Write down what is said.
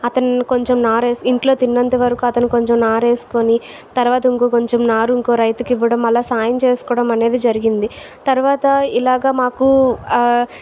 అతన్ని కొంచెం నారేసి ఇంట్లో తిన్నంతవరకు అతను కొంచెం నారేసుకొని తర్వాత ఇంకో కొంచెం నారు ఇంకో రైతుకి ఇవ్వడం అలా సాయం చేసుకోవడం అనేది జరిగింది తర్వాత ఇలాగ మాకు